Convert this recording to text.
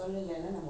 right